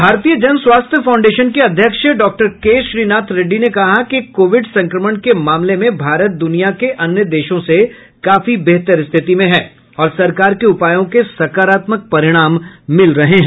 भारतीय जन स्वास्थ्य फाउंडेशन के अध्यक्ष डॉक्टर के श्रीनाथ रेड्डी ने कहा कि कोविड संक्रमण के मामले में भारत दुनिया के अन्य देशों से काफी बेहतर स्थिति में है और सरकार के उपायों के सकारात्मक परिणाम मिल रहे हैं